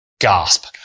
Gasp